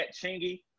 Chingy